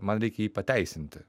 man reikia jį pateisinti